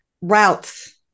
routes